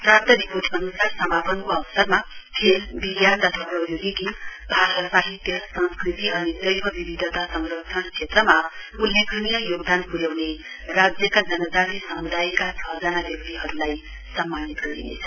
प्राप्त रिपोर्ट अनुसार समापनको अवसरमा खेल विज्ञान तथा प्रौधोगिकी भाषा साहित्य संस्कृति अनि जैव विविधता संरक्षण क्षेत्रमा उल्लेखनीय योगदान पुर्याउने राज्यका जनजाति समुदायका छ जना व्यक्तिहरुलाई सम्मानित गरिनेछ